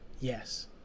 Yes